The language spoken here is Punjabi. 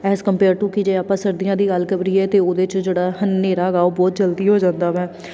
ਐਜ ਕੰਪੇਅਰ ਟੂ ਕਿ ਜੇ ਆਪਾਂ ਸਰਦੀਆਂ ਦੀ ਗੱਲ ਕਰੀਏ ਤਾਂ ਉਹਦੇ 'ਚ ਜਿਹੜਾ ਹਨੇਰਾ ਹੈਗਾ ਉਹ ਬਹੁਤ ਜਲਦੀ ਹੋ ਜਾਂਦਾ ਵੈ